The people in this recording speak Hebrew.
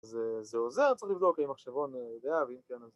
‫אז זה, זה עוזר, צריך לבדוק ‫האם עם מחשבון, ואם כן אז...